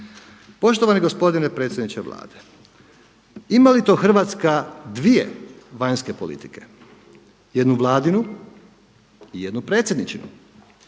Poštovani gospodine predsjedniče Vlade, ima li to Hrvatska dvije vanjske politike jednu Vladinu i jednu predsjedničinu?